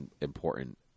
important